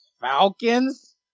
Falcons